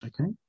Okay